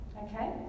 Okay